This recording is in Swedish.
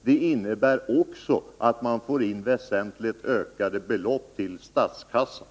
Det innebär också att man får in väsentligt ökade belopp till statskassan.